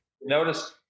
notice